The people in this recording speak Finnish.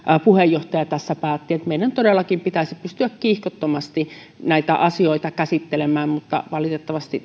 puheenjohtaja tässä päätti että meidän todellakin pitäisi pystyä kiihkottomasti näitä asioita käsittelemään mutta valitettavasti